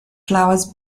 flowers